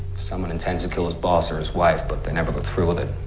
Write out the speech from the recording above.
someone intends to kill his boss or his wife, but they never go through with it.